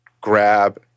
grab